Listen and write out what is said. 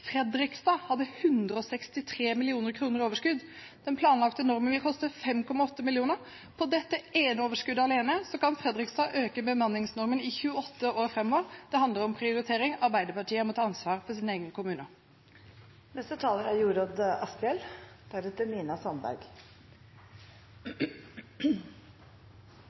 Fredrikstad hadde 163 mill. kr i overskudd, den planlagte normen vil koste 5,8 mill. kr, for dette overskuddet alene kan Fredrikstad øke bemanningsnormen i 28 år framover. Det handler om prioritering. Arbeiderpartiet må ta ansvar for egne kommuner.